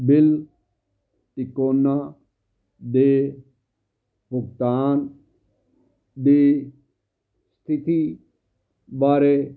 bill ਤਿਕੋਨਾ ਦੇ ਭੁਗਤਾਨ ਦੀ ਸਥਿਤੀ ਬਾਰੇ